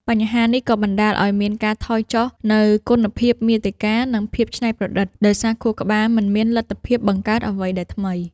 បញ្ហានេះ ក៏បណ្ដាលឱ្យមានការថយចុះនូវគុណភាពមាតិកា និងភាពច្នៃប្រឌិត ដោយសារខួរក្បាលមិនមានលទ្ធភាពបង្កើតអ្វីដែលថ្មី។